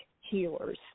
healers